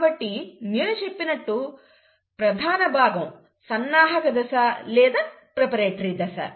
కాబట్టి నేను చెప్పినట్టు ప్రధాన భాగం సన్నాహక దశ లేక ప్రిపరేటరీ దశ